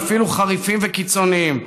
ואפילו חריפים וקיצוניים,